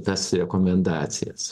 tas rekomendacijas